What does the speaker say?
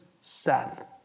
Seth